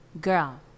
Girl